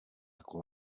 jako